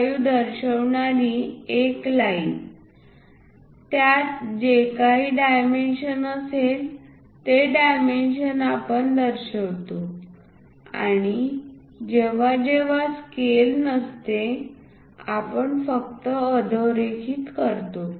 75 दाखवणारी एक लाईनत्यात जे काही डायमेन्शन असेल ते डायमेन्शन आपण दर्शवितो आणि जेव्हा जेव्हा स्केल नसते आपण फक्त अधोरेखित करतो